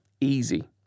easy